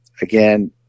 again